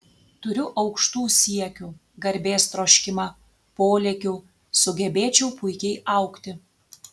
turiu aukštų siekių garbės troškimą polėkių sugebėčiau puikiai augti